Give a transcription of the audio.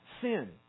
sin